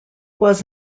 was